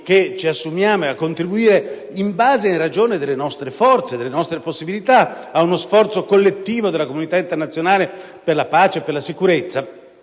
che ci assumiamo e a contribuire in base e in ragione delle nostre forze e delle nostre possibilità a uno sforzo collettivo della comunità internazionale per la pace e la sicurezza.